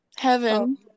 Heaven